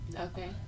Okay